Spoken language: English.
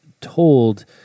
told